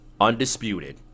undisputed